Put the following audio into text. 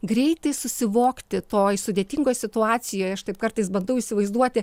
greitai susivokti toj sudėtingoj situacijoj aš taip kartais bandau įsivaizduoti